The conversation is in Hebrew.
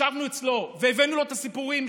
ישבנו אצלו והבאנו לו את הסיפורים,